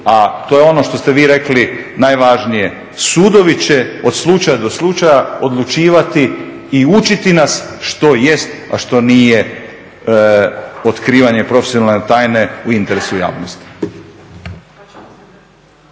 a to je ono što ste vi rekli najvažnije sudovi će od slučaja do slučaja odlučivati i učiti nas što jest a što nije otkrivanje profesionalne tajne u interesu javnosti.